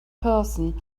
person